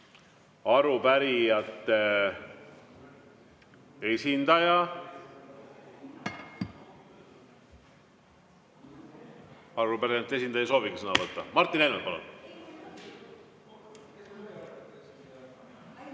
Arupärijate esindaja ei soovigi sõna võtta. Martin Helme, palun!